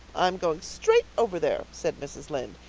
i'm going straight over there, said mrs. lynde,